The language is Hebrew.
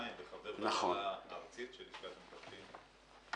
וחבר באגודה הארצית של לשכת מתווכים.